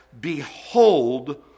Behold